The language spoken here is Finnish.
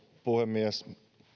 puhemies